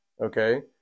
Okay